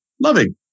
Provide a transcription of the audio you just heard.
loving